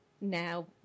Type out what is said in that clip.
now